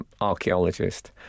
archaeologist